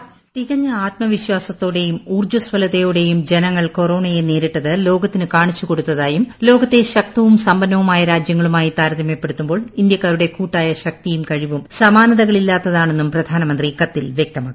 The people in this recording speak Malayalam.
വോയ്സ് ആത്മവിശ്വാസത്തോടെയും ഊർജ്ജസ്വലതയോടെയും തികഞ്ഞ ജനങ്ങൾ കൊറോണയെ നേരിട്ടത് ലോകത്തിന് കാണിച്ചു കൊടുത്തതായും ലോകത്തെ ശക്തവും സമ്പന്നവുമായ രാജ്യങ്ങളു മായി താരതമ്യപ്പെടുത്തുമ്പോൾ ഇന്ത്യക്കാരുടെ കൂട്ടായ ശക്തിയും കഴിവും സമാനതകളില്ലാത്താണെന്നും പ്രധാനമന്ത്രി കത്തിൽ വൃക്തമാക്കി